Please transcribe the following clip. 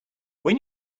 when